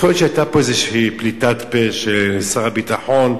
יכול להיות שהיתה פה איזושהי פליטת פה של שר הביטחון,